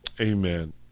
Amen